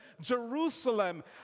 Jerusalem